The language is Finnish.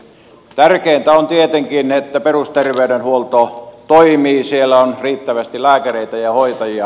tärkeintä on tietenkin että perusterveydenhuolto toimii siellä on riittävästi lääkäreitä ja hoitajia